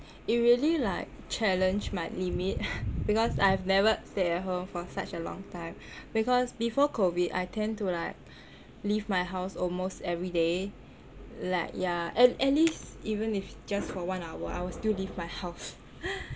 it really like challenge my limit because I've never stay at home for such a long time because before COVID I tend to like leave my house almost everyday like yah at at least even if just for one hour I will still leave my house